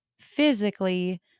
physically